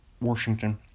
Washington